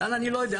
אז אני לא יודע,